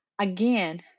again